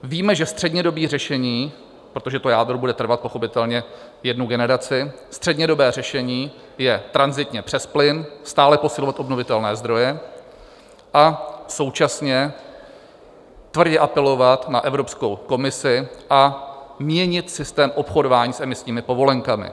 Víme, že střednědobé řešení protože to jádro bude trvat pochopitelně jednu generaci střednědobé řešení je tranzitně přes plyn, stále posilovat obnovitelné zdroje a současně tvrdě apelovat na Evropskou komisi a měnit systém obchodování s emisními povolenkami.